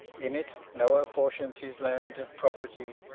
in it, noah portions his landed property,